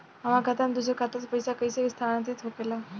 हमार खाता में दूसर खाता से पइसा कइसे स्थानांतरित होखे ला?